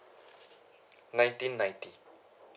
nineteen ninety